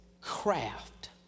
craft